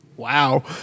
Wow